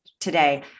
today